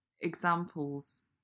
examples